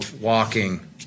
walking